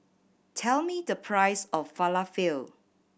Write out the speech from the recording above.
tell me the price of Falafel